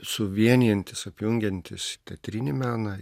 suvienijantis apjungiantis teatrinį meną